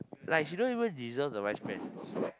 like she don't even deserve the vice pres